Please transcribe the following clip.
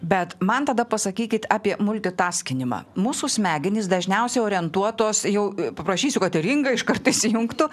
bet man tada pasakykit apie multitaskinimą mūsų smegenys dažniausiai orientuotos jau paprašysiu kad ir inga iš karto įsijungtų